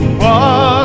walk